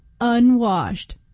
unwashed